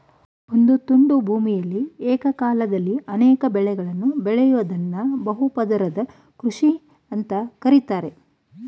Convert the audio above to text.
ಒಂದು ತುಂಡು ಭೂಮಿಯಲಿ ಏಕಕಾಲದಲ್ಲಿ ಅನೇಕ ಬೆಳೆಗಳನ್ನು ಬೆಳಿಯೋದ್ದನ್ನ ಬಹು ಪದರ ಕೃಷಿ ಅಂತ ಕರೀತಾರೆ